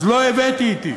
אז לא הבאתי אתי.